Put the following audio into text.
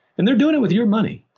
and they're doing it with your money.